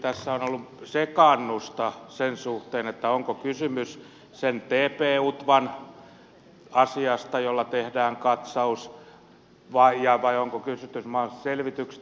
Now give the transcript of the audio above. tässä on ollut sekaannusta sen suhteen onko kysymys sen tp utvan asiasta jolla tehdään katsaus vai onko kysymys mahdollisesta selvityksestä